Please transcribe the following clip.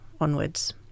onwards